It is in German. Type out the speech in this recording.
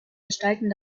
gestalten